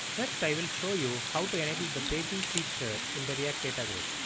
next i will show you how to enable the paging feature in the react data grid.